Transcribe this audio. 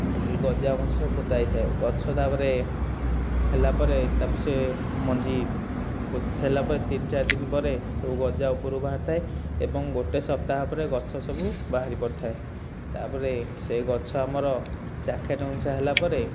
ଏହି ଗଜା ମଞ୍ଜି ସବୁ ପୋତା ହୋଇଥାଏ ଗଛ ତାପରେ ହେଲା ପରେ ତା ପରେ ସେ ମଞ୍ଜି ହେଲା ପରେ ତିନି ଚାରି ଦିନ ପରେ ସବୁ ଗଜା ଉପରକୁ ବାହାରି ଥାଏ ଏବଂ ଗୋଟିଏ ସପ୍ତାହ ପରେ ଗଛ ସବୁ ବାହାରି ପଡ଼ି ଥାଏ ତା'ପରେ ସେଇ ଗଛ ଆମର ଚାଖେଣ୍ଡେ ଉଞ୍ଚା ହେଲା ପରେ